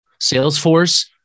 Salesforce